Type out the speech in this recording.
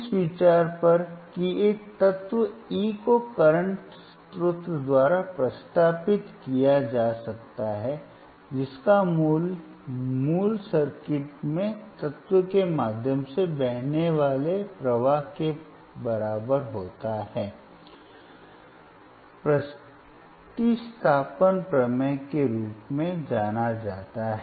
इस विचार पर कि एक तत्व E को करंट स्रोत द्वारा प्रतिस्थापित किया जा सकता है जिसका मूल्य मूल सर्किट में तत्व के माध्यम से बहने वाले प्रवाह के बराबर होता है प्रतिस्थापन प्रमेय के रूप में जाना जाता है